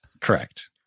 Correct